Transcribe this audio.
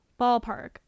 ballpark